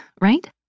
right